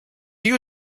you